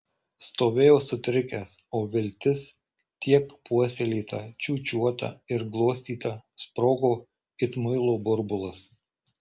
stovėjo sutrikęs o viltis tiek puoselėta čiūčiuota ir glostyta sprogo it muilo burbulas